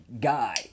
guy